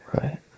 Right